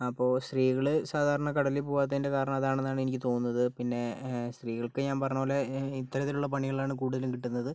അപ്പോൾ സ്ത്രീകള് സാധാരണ കടലില് പോകാത്തതിൻ്റെ കാരണം അതാണെന്നാണ് എനിക്ക് തോന്നുന്നത് പിന്നെ സ്ത്രീകൾക്ക് ഞാൻ പറഞ്ഞത് പോലെ ഇത്തരത്തിലുള്ള പണികളാണ് കൂടുതലും കിട്ടുന്നത്